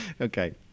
Okay